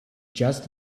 just